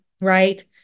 Right